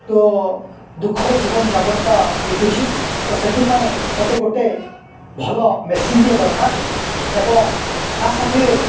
ତ ଦୁଃଖରେ ଜୀବନଯାପନଟା ବିତୁଛି ତ ସେଥିପାଇଁ ମୋତେ ଗୋଟେ ଭଲ ମେସିନ୍ଟିଏ ଦରକାର ଏବଂ ତା' ସାଥିରେ